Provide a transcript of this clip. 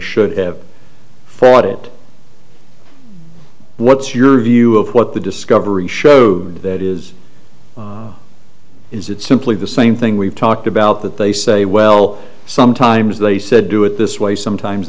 should have fought it what's your view of what the discovery showed that is is it simply the same thing we've talked about that they say well sometimes they said do it this way sometimes